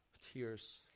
tears